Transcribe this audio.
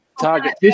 Target